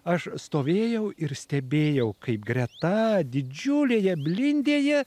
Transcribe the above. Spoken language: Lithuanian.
aš stovėjau ir stebėjau kaip greta didžiulėje blindėje